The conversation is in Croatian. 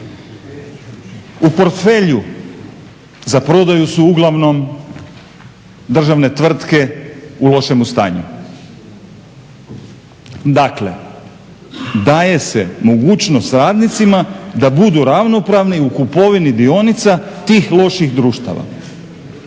U portfelju za prodaju su uglavnom državne tvrtke u lošemu stanju. Dakle, daje se mogućnost radnicima da budu ravnopravni u kupovini dionica tih loših društava.